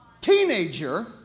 teenager